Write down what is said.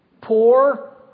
poor